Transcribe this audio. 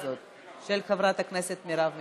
של חברת הכנסת מרב מיכאלי.